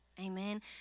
Amen